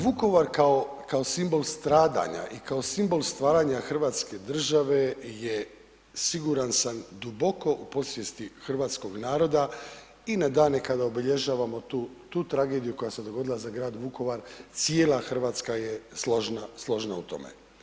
Vukovar kao simbol stradanja i kao simbol stvaranja Hrvatske države je siguran sam duboko u podsvijesti hrvatskog naroda i na dane kad obilježavamo tu tragediju koja se dogodila za grad Vukovar cijela Hrvatska je složna u tome.